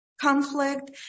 Conflict